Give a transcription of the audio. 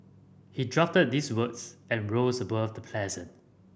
he drafted these words and rose above the present